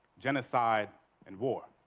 genocide and war.